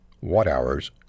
watt-hours